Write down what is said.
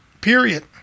period